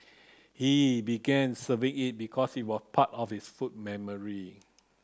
he began serving it because it was part of his food memory